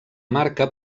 marca